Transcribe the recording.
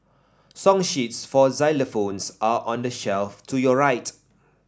song sheets for xylophones are on the shelf to your right